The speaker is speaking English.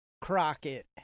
Crockett